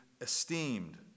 esteemed